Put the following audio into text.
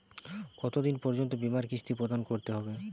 কতো দিন পর্যন্ত বিমার কিস্তি প্রদান করতে হবে?